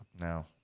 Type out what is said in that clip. No